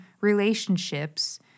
relationships